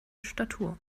statur